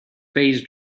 phase